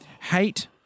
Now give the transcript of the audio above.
hate